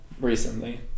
recently